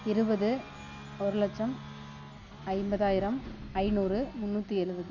இருவது ஒரு லட்சம் ஐம்பதாயிரம் ஐநூறு முன்னூற்றி எழுபது